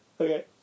Okay